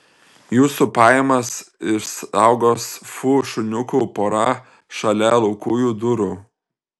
jūsų pajamas išsaugos fu šuniukų pora šalia laukujų durų